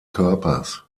körpers